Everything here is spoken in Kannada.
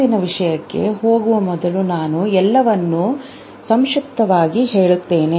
ಮುಂದಿನ ವಿಷಯಕ್ಕೆ ಹೋಗುವ ಮೊದಲು ನಾನು ಎಲ್ಲವನ್ನೂ ಸಂಕ್ಷಿಪ್ತವಾಗಿ ಹೇಳುತ್ತೇನೆ